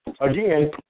again